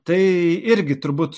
tai irgi turbūt